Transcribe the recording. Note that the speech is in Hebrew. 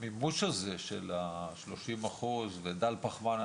המימוש הזה של השלושים אחוז ודל פחמן,